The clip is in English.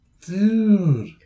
Dude